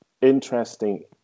interesting